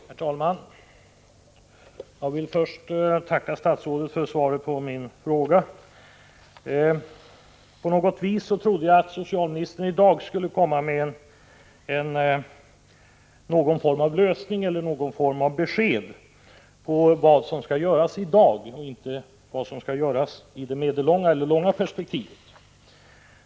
Herr talman! Jag vill först tacka statsrådet för svaret på min fråga. Jag trodde att socialministern i dag skulle komma med någon form av besked om vad som skall göras nu, inte om vad som skall göras i det medellånga eller långa perspektivet.